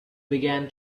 began